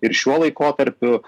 ir šiuo laikotarpiu